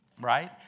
Right